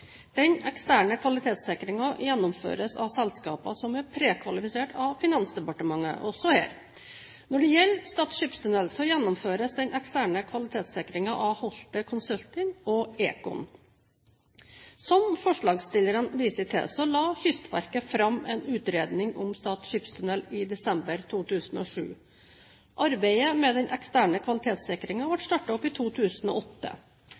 Den eksterne kvalitetssikringen gjennomføres av selskaper som er prekvalifisert av Finansdepartementet også her. Når det gjelder Stad skipstunnel, gjennomføres den eksterne kvalitetssikringen av Holte Consulting og ECON. Som forslagsstillerne viser til, la Kystverket fram en utredning om Stad skipstunnel i desember 2007. Arbeidet med den eksterne